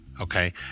Okay